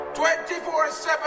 24-7